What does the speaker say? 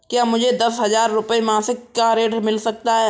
क्या मुझे दस हजार रुपये मासिक का ऋण मिल सकता है?